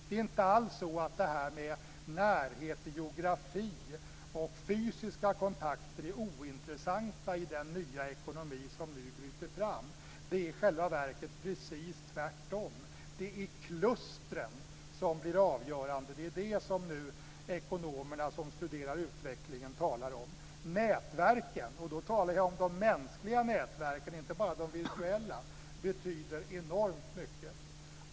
Det är inte alls så att närhet, geografi och fysiska kontakter är ointressanta i den nya ekonomi som nu bryter fram. Det är i själva verket precis tvärtom. Det är "klustren" som blir avgörande. Det är det som ekonomerna som studerar utvecklingen nu talar om. Nätverken - och då talar jag om de mänskliga nätverken, inte bara de virtuella - betyder enormt mycket.